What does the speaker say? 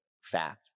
fact